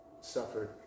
suffered